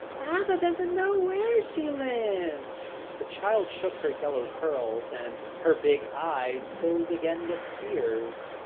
baba doesn't know where she lives, the child shook her yellow curls, and her big eyes filled again with tears.